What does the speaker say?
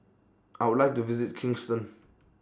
I Would like to visit Kingston